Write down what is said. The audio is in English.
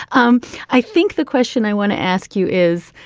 um i think the question i want to ask you is,